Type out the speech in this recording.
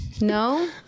No